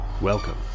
Welcome